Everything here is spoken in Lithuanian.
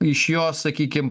iš jos sakykim